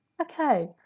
Okay